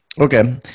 okay